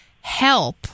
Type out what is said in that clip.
help